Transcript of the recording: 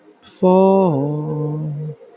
Fall